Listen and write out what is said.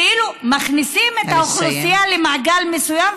כאילו מכניסים את האוכלוסייה למעגל מסוים,